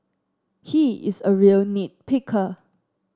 he is a real nit picker